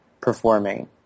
performing